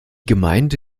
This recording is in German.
gemeinde